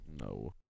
No